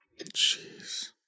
Jeez